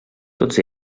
tots